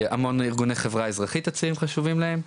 המון ארגוני חברה אזרחית הצעירים חשובים להם.